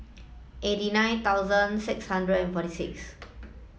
eighty nine thousand six hundred and forty six